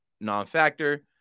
non-factor